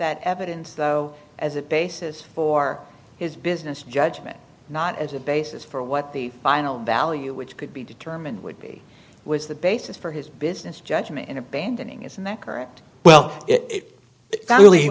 that evidence though as a basis for his business judgment not as a basis for what the final value which could be determined would be was the basis for his business judgment in abandoning isn't that correct well it really